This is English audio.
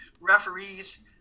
referees